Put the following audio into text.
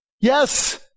Yes